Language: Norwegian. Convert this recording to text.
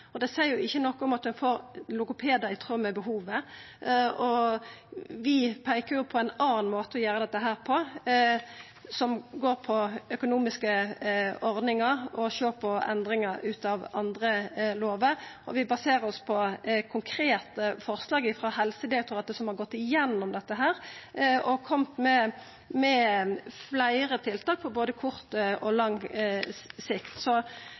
Det seier jo ikkje noko om at ein får logopedar i tråd med behovet. Vi peiker på ein annan måte å gjera dette på, som dreier seg om økonomiske ordningar og å sjå på endringar av andre lovar, og vi baserer oss på konkrete forslag frå Helsedirektoratet, som har gått gjennom dette og kome med fleire tiltak på både kort og lang sikt.